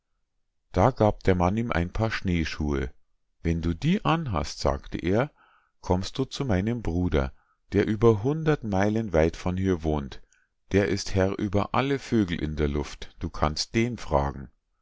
da gab der mann ihm ein paar schneeschuhe wenn du die anhast sagte er kommst du zu meinem bruder der über hundert meilen weit von hier wohnt der ist herr über alle vögel in der luft du kannst den fragen